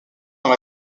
dans